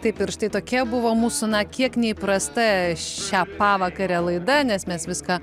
taip ir štai tokia buvo mūsų na kiek neįprasta šią pavakarę laida nes mes viską